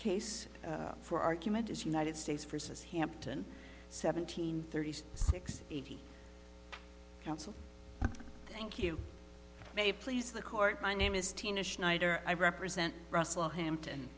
case for argument as united states for says hampton seventeen thirty six eighty counsel thank you may please the court my name is tina schneider i represent russell hampton